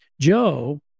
Joe